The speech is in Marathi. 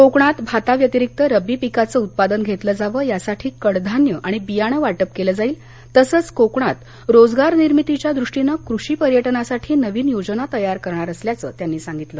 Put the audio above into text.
कोकणात भाता व्यतिरिक्त रब्बी पिकांचं उत्पादन घेतलं जावं यासाठी कडधान्ये आणि बियाणे वाटप केलं जाईल तसंच कोकणात रोजगारनिर्मीतीच्या दृष्टीनं कृषी पर्यटनासाठी नवीन योजना तयार करणार असल्याचं त्यांनी सांगितलं